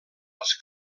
els